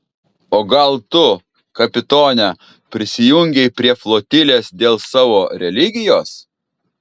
o gal tu kapitone prisijungei prie flotilės dėl savo religijos